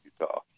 Utah